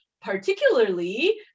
particularly